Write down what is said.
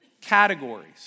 categories